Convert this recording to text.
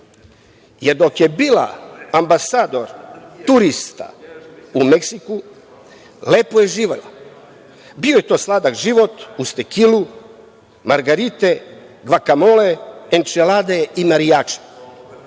Dok je bila ambasador turista u Meksiku lepo je živela. Bio je to sladak život uz tekilu, margarite, gvakamole, enčelade i marijače.